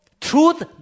truth